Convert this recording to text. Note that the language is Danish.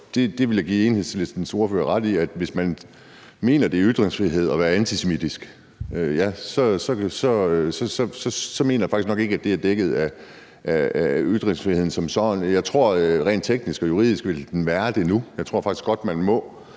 Det vil jeg give Enhedslistens ordfører ret i, hvis man mener, at det er ytringsfrihed at være antisemitisk. Det mener jeg faktisk nok ikke er dækket af ytringsfriheden som sådan. Jeg tror, det rent teknisk og juridisk vil være det nu – jeg tror faktisk godt, man må